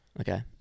Okay